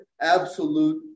absolute